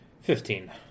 Fifteen